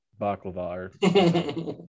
baklava